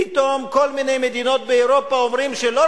פתאום כל מיני מדינות באירופה אומרות שלא